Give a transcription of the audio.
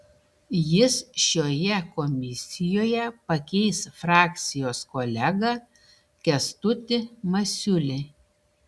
jis šioje komisijoje pakeis frakcijos kolegą kęstutį masiulį